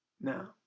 now